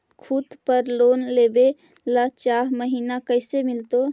खूत पर लोन लेबे ल चाह महिना कैसे मिलतै?